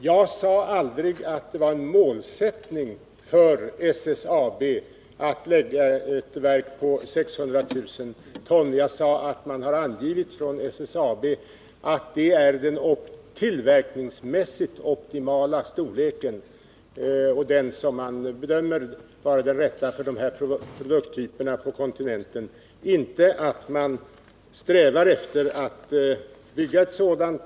Jag sade aldrig att det var en målsättning för SSAB att anlägga ett verk med 600 000 tons produktionskapacitet. Jag sade att SSAB har angivit att det är den tillverkningsmässigt optimala storleken och den som man bedömer vara den rätta för de här produkttyperna på kontinenten. Jag sade inte att man strävar efter att bygga ett sådant.